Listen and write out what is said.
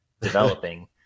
developing